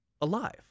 alive